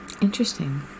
Interesting